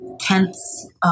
tents